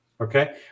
Okay